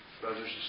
brothers